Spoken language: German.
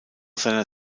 seiner